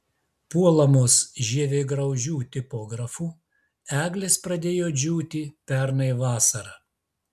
puolamos žievėgraužių tipografų eglės pradėjo džiūti pernai vasarą